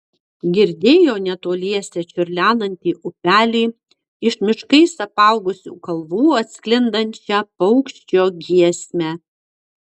girdėjo netoliese čiurlenantį upelį iš miškais apaugusių kalvų atsklindančią paukščio giesmę